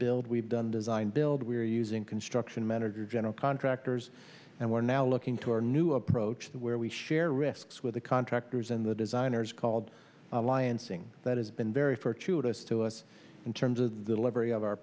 build we've done design build we're using construction manager general contractors and we're now looking to our new approach where we share risks with the contractors and the designers called alliance ng that has been very fortunate as to us in terms of the delivery of our